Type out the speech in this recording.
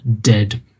dead